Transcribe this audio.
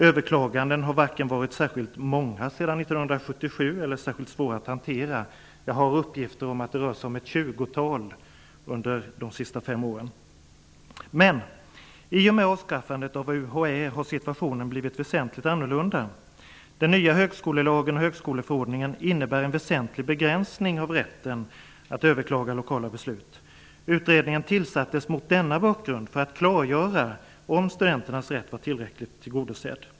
Överklagandena har sedan 1977 inte varit vare sig särskilt många eller särskilt svåra att hantera. Jag har uppgifter om att det rör sig om ett tjugotal under de senaste fem åren. Men i och med avskaffandet av UHÄ har situationen blivit väsentligt annorlunda. Den nya högskolelagen och högskoleförordningen innebär en väsentlig begränsning av rätten att överklaga lokala beslut. Utredningen tillsattes mot denna bakgrund för att klargöra om studenternas rätt var tillräckligt tillgodosedd.